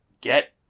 get